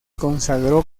consagró